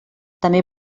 també